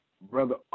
Brother